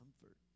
comfort